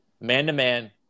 man-to-man